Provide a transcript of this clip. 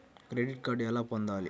Credit card ఎలా పొందాలి?